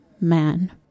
man